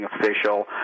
official